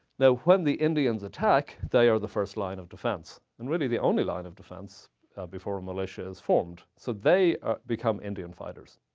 now, when the indians attack, they are the first line of defense and really, the only line of defense before a militia is formed. so they become indian fighters.